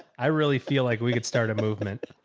i really feel like we could start a movement